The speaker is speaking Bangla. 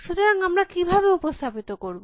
সুতরাং আমরা কিভাবে উপস্থাপিত করব